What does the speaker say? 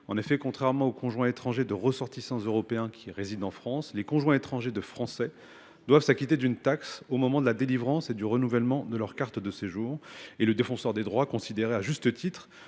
en 2016. Contrairement aux conjoints étrangers de ressortissants européens résidant en France, les conjoints étrangers de Français doivent s’acquitter d’une taxe au moment de la délivrance et du renouvellement de leur carte de séjour. Le Défenseur des droits considère, à juste titre,